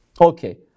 okay